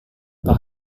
pak